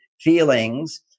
feelings